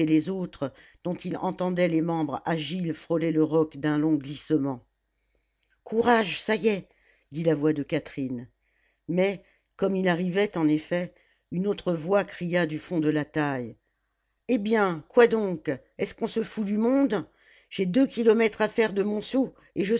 les autres dont il entendait les membres agiles frôler le roc d'un long glissement courage ça y est dit la voix de catherine mais comme il arrivait en effet une autre voix cria du fond de la taille eh bien quoi donc est-ce qu'on se fout du monde j'ai deux kilomètres à faire de montsou et je